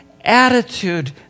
attitude